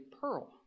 pearl